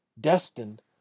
destined